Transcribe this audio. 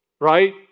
right